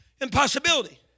Impossibility